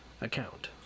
account